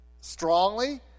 strongly